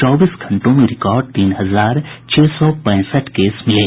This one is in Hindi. चौबीस घंटों में रिकार्ड तीन हजार छह सौ पैंसठ केस मिले